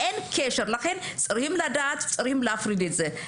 אין קשר, לכן צריכים להפריד את זה.